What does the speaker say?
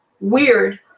weird